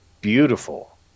beautiful